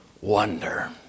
wonder